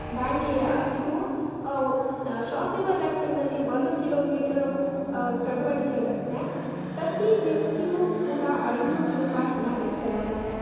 ದಾಂಡಿಯಾ ಇದು ಔ short river ರಾಫ್ಟಿಂಗಲ್ಲಿ ಒಂದು ಕಿಲೋಮೀಟ್ರ್ ಚಟುವಟಿಕೆ ಇರುತ್ತೆ ಪ್ರತಿ ವ್ಯಕ್ತಿಗೂ ಕೂಡ ಐದು ನೂರು ರೂಪಾಯಿ ಹಣ ವೆಚ್ಚವಾಗುತ್ತೆ